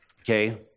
okay